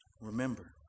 remember